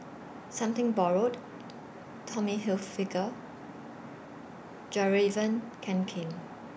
Something Borrowed Tommy Hilfiger Fjallraven Kanken